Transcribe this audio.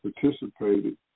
participated